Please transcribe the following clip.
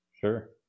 Sure